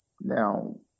now